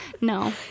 No